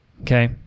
okay